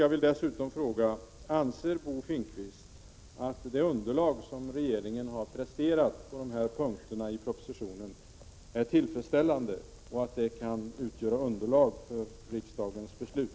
Jag vill dessutom fråga: Anser Bo Finnkvist att det material som regeringen har presenterat på de här punkterna i propositionen är tillfredsställande och kan utgöra underlag för riksdagens beslut?